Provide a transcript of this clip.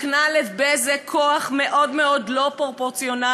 מקנה ל"בזק" כוח מאוד מאוד לא פרופורציונלי,